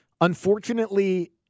Unfortunately